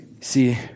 See